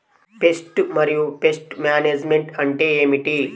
Pest మరియు pest management అంటే ఏమిటి?